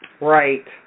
Right